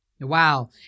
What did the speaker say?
Wow